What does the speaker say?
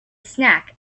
snack